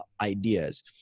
ideas